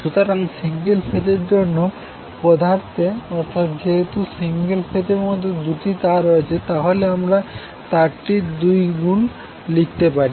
সুতরাং সিঙ্গেল ফেজের জন্য পদার্থে অর্থাৎ যেহেতু সিঙ্গেল ফেজের মধ্যে দুটি তার রয়েছে তাহলে আমরা তারটির 2 গুন লিখতে পারি